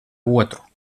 otru